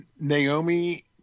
Naomi –